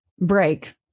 break